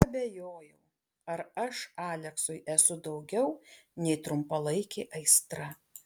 abejojau ar aš aleksui esu daugiau nei trumpalaikė aistra